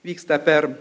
vyksta per